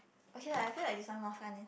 okay lah I feel like this one more fun eh